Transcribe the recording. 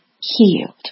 healed